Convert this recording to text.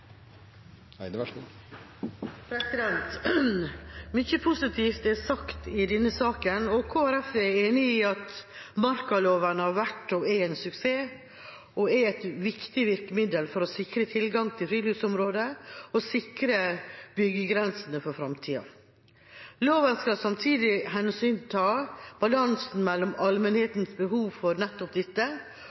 sagt i denne saken. Kristelig Folkeparti er enig i at markaloven har vært og er en suksess, og at den er et viktig virkemiddel for å sikre tilgang til friluftsområder og sikre byggegrensene for framtida. Loven skal samtidig hensynta balansen mellom allmennhetens behov for nettopp dette